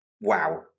Wow